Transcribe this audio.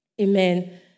Amen